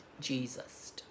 Jesus